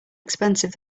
expensive